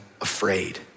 afraid